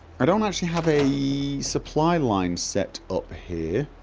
i don't actually have a a supply line set up here